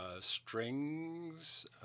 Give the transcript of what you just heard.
strings